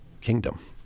kingdom